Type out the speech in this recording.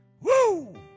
Woo